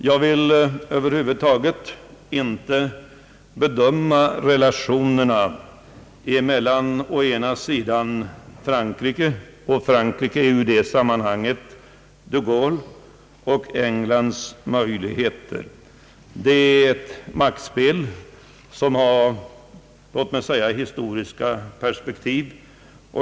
Jag vill över huvud taget inte bedöma Englands möjligheter med tanke på relationerna till Frankrike — och Frankrike är ju i detta sammanhang de Gaulle; det är fråga om ett maktspel med historiska perspektiv.